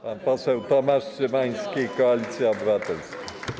Pan poseł Tomasz Szymański, Koalicja Obywatelska.